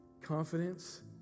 Confidence